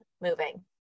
moving